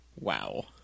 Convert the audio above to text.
wow